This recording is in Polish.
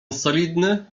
solidny